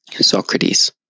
Socrates